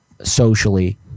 socially